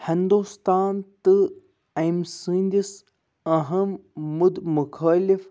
ہِندُوستان تہٕ أمۍ سٕنٛدِس أہم مدِ مُخٲلِف